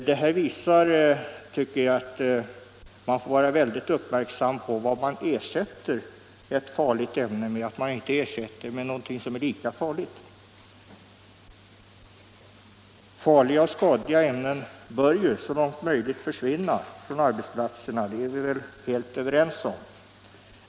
Detta visar att man bör vara uppmärksam på vad man ersätter ett farligt ämne med så att man inte får något lika farligt som asbesten. Farliga och skadliga ämnen bör givetvis, om det är möjligt, försvinna från arbetsplatserna. Det är vi väl helt överens om.